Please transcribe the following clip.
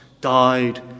died